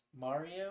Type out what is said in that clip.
Mario